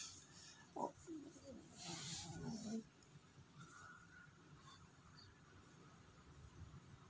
what